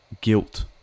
guilt